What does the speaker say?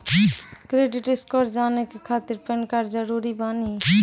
Credit score जाने के खातिर पैन कार्ड जरूरी बानी?